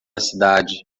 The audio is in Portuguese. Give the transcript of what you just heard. cidade